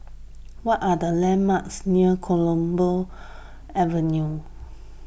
what are the landmarks near Copeland Avenue